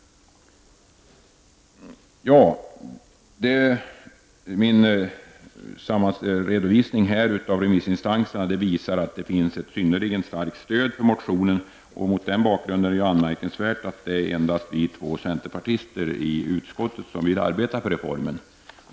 Min redovisning av remissinstansernas ställningstaganden visar att det finns ett synnerligen starkt stöd för motionen. Mot den bakgrunden är det anmärkningsvärt att det endast är vi två centerpartister i utskottet som vill arbeta för reformen.